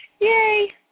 Yay